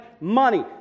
money